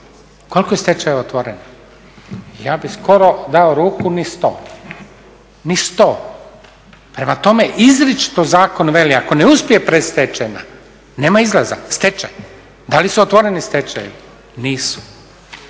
koliko je stečajeva otvoreno? I ja bi skoro dao ruku ni 100, ni 100. Prema tome, izričito zakon veli ako ne uspije predstečajna nema izlaza, stečaj. Da li su otvoreni stečajevi? Nisu.